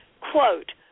quote